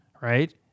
right